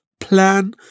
plan